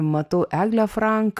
matau eglę frank